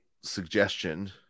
suggestion